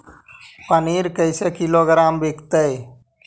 पनिर कैसे किलोग्राम विकतै?